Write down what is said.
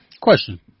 Question